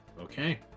okay